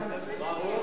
ברור.